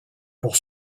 pour